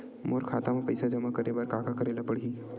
मोर खाता म पईसा जमा करे बर का का करे ल पड़हि?